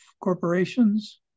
corporations